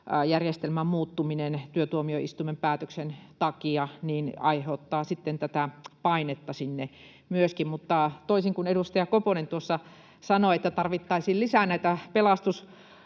varallaolojärjestelmän muuttuminen työtuomioistuimen päätöksen takia aiheuttaa myöskin tätä painetta sinne. Mutta toisin kuin edustaja Koponen tuossa sanoi, että tarvittaisiin lisää näitä